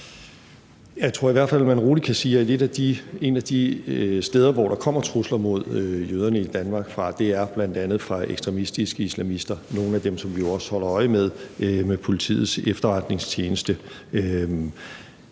Jeg tror i hvert fald, man roligt kan sige, at et af de steder, hvorfra der kommer trusler mod jøderne i Danmark, bl.a. er fra ekstremistiske islamister – nogle af dem, som vi jo også holder øje med med Politiets Efterretningstjeneste.